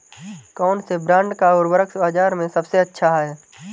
कौनसे ब्रांड का उर्वरक बाज़ार में सबसे अच्छा हैं?